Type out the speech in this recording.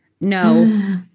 No